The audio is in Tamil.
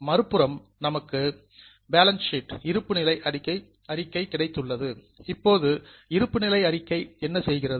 மறுபுறம் நமக்கு பேலன்ஸ் ஷீட் இருப்புநிலை அறிக்கை கிடைத்துள்ளது இப்போது இருப்பு நிலை அறிக்கை என்ன செய்கிறது